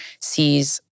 sees